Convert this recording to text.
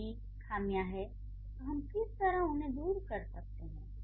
यदि खामियाँ हैं तो हम किस तरह उन्हें दूर कर सकते हैं